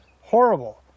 horrible